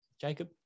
Jacob